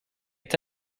est